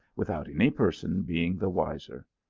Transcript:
without any person being the wiser.